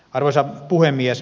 arvoisa puhemies